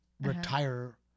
retire